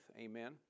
Amen